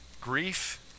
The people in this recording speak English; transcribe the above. grief